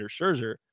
scherzer